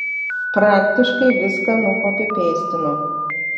praktiškai viską nukopipeistino